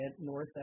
north